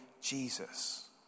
Jesus